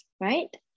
right